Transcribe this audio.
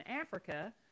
Africa